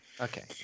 Okay